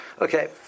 Okay